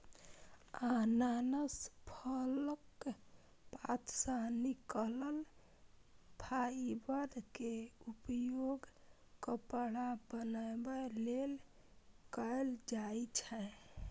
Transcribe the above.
अनानास फलक पात सं निकलल फाइबर के उपयोग कपड़ा बनाबै लेल कैल जाइ छै